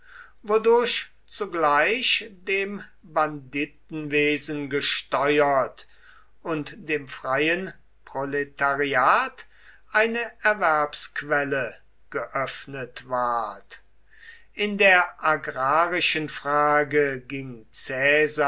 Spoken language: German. wodurch zugleich dem banditenwesen gesteuert und dem freien proletariat eine erwerbsquelle geöffnet ward in der agrarischen frage ging